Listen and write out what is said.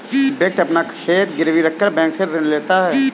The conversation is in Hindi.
व्यक्ति अपना खेत गिरवी रखकर बैंक से ऋण लेता है